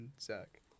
Zach